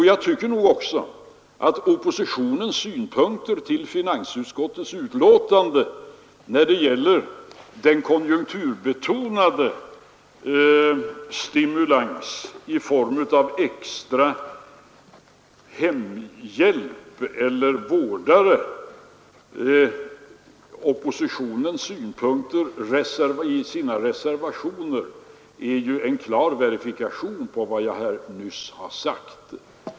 Jag tycker nog att oppositionens synpunkter i reservationerna till finansutskottets betänkande när det gäller den konjunkturbetonade stimulansen i form av extra hemhjälp eller vårdare är en klar verifikation på vad jag här nyss har sagt.